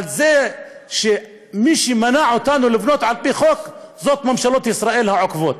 אבל מי שמנעו מאתנו לבנות על-פי חוק הם ממשלות ישראל העוקבות,